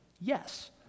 yes